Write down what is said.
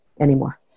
anymore